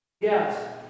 yes